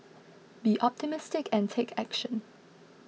be optimistic and take action